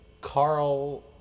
carl